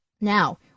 Now